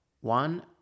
one